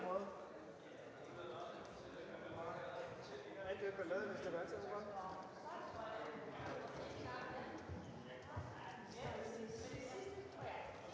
Tak